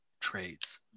trades